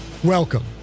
Welcome